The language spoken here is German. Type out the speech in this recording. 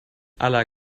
aller